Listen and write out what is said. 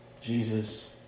Jesus